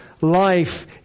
life